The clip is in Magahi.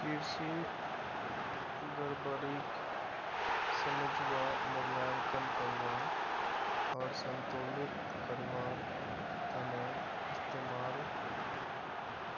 कृषि गड़बड़ीक समझवा, मूल्यांकन करवा आर संतुलित करवार त न इस्तमाल